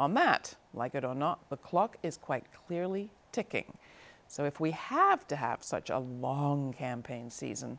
amat like it or not the clock is quite clearly ticking so if we have to have such a long campaign season